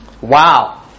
Wow